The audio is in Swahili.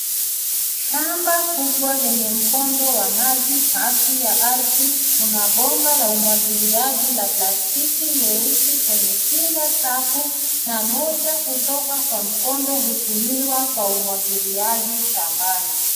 Shamba kubwa lenye mkondo wa maji kati ya ardhi kuna bomba la umwagiliaji la plastiki nyeusi kwenye kila safu na moja kutoka kwenye mkondo utumiwa kwa umwagiliaji shambani.